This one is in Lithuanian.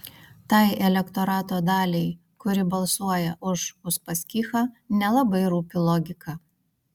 tai elektorato daliai kuri balsuoja už uspaskichą nelabai rūpi logika